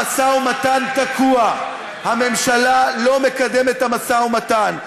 המשא ומתן תקוע, הממשלה לא מקדמת את המשא ומתן.